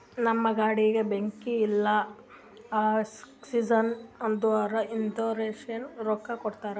ನಮ್ ಗಾಡಿಗ ಬೆಂಕಿ ಇಲ್ಲ ಆಕ್ಸಿಡೆಂಟ್ ಆದುರ ಇನ್ಸೂರೆನ್ಸನವ್ರು ರೊಕ್ಕಾ ಕೊಡ್ತಾರ್